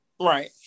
Right